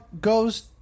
goes